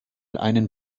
einen